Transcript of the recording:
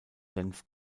senf